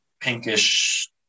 pinkish